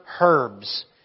herbs